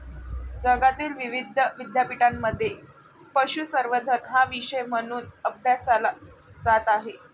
जगातील विविध विद्यापीठांमध्ये पशुसंवर्धन हा विषय म्हणून अभ्यासला जात आहे